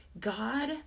God